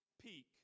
peak